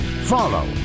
Follow